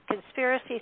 conspiracy